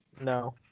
No